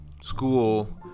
school